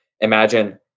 imagine